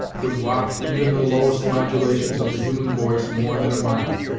would waft even the lowest modulations of the human voice more than a mile.